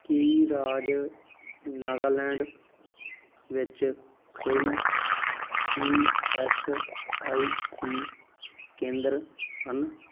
ਕੀ ਰਾਜ ਨਾਗਾਲੈਂਡ ਵਿੱਚ ਕੋਈ ਈ ਐੱਸ ਆਈ ਸੀ ਕੇਂਦਰ ਹਨ